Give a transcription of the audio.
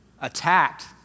Attacked